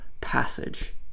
passage